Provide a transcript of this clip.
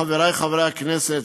חברי חברי הכנסת,